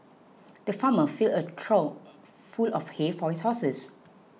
the farmer filled a trough full of hay for his horses